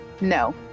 No